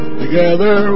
together